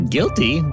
Guilty